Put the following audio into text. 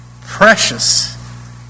precious